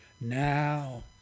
Now